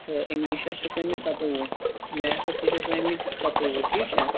آ اِنگلیٖشس چھِس آمِتۍ سَتووُہ میتھس تہِ چھِس آمٕتۍ سَتووُہ ٹھیٖک چھا